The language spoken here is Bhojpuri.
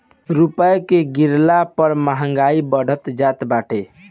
रूपया के गिरला पअ महंगाई बढ़त जात बाटे